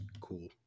cool